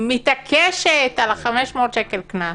מתעקשת על ה-500 שקל קנס,